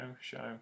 Show